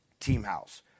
teamhouse